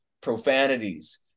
profanities